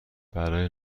برای